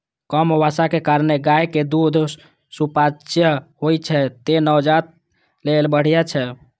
कम बसा के कारणें गायक दूध सुपाच्य होइ छै, तें नवजात लेल बढ़िया छै